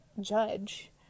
judge